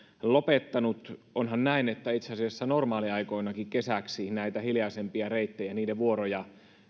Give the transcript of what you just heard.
lopettanut itse asiassa onhan niin että normaaliaikoinakin kesäksi näiden hiljaisempien reittien vuoroja